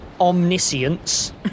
omniscience